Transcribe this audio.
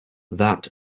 that